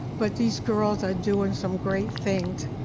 but these girls are doing some great things.